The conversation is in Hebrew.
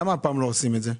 למה לא עושים את זה הפעם?